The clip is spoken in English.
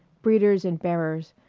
breeders and bearers,